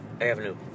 Avenue